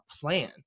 plan